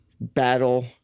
battle